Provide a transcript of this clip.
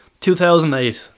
2008